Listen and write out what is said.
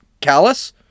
callous